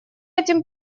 этим